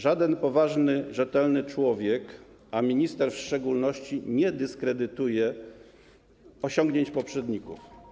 Żaden poważny, rzetelny człowiek, a minister w szczególności, nie dyskredytuje osiągnięć poprzedników.